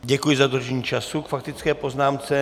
Děkuji za dodržení času k faktické poznámce.